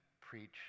preach